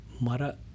mara